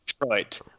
Detroit